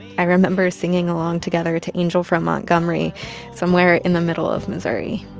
i remember singing along together to angel from montgomery somewhere in the middle of missouri